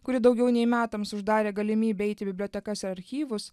kuri daugiau nei metams uždarė galimybę įeiti į bibliotekas archyvus